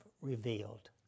revealed